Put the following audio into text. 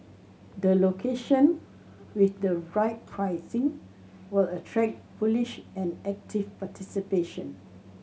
the location with the right pricing will attract bullish and active participation